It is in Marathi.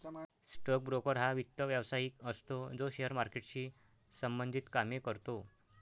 स्टोक ब्रोकर हा वित्त व्यवसायिक असतो जो शेअर मार्केटशी संबंधित कामे करतो